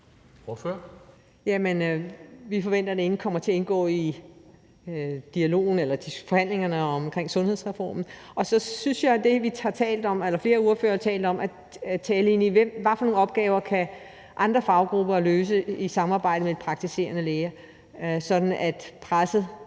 vi forventer, at det kommer til at indgå i forhandlingerne om sundhedsreformen. Og så synes jeg, at vi skal tale om det, flere ordførere har talt om, altså hvad for nogle opgaver andre faggrupper kan løse i samarbejde med de praktiserende læger, sådan at presset